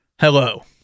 Hello